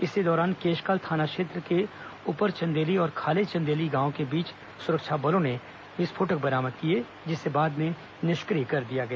इसी दौरान केशकाल थाना क्षेत्र के ग्राम ऊपरचंदेली और खालेचंदेली के बीच सुरक्षा बलों ने आईईडी बरामद किए जिसे बाद में निष्क्रिय कर दिया गया